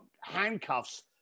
handcuffs